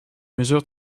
mesures